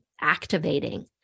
activating